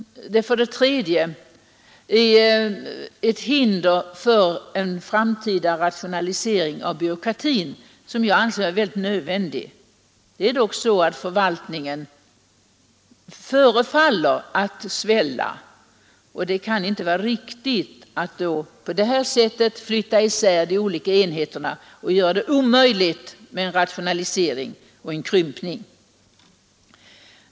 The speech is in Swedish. Jag menar för det tredje att utlokaliseringen utgör hinder för en framtida rationalisering av byråkratin. En sådan rationalisering anser jag vara nödvändig. Det är dock så, att förvaltningen förefaller att svälla, och det kan därför inte vara riktigt att på det här sättet flytta isär de olika enheterna, varigenom man gör det omöjligt med en rationalisering och krympning av organisationen.